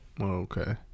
okay